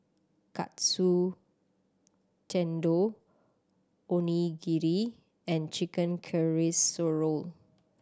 Katsu Tendon Onigiri and Chicken Casserole